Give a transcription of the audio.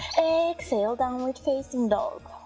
exhale, downward facing dog,